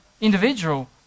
individual